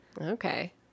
Okay